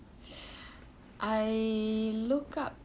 I look up